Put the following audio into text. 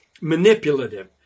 manipulative